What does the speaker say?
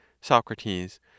Socrates